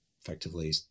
effectively